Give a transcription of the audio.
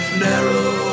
narrow